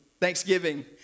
Thanksgiving